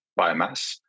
biomass